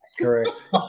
Correct